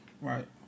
Right